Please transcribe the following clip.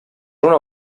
una